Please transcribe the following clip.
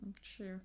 Sure